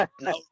no